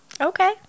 Okay